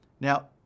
Now